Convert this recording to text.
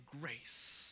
grace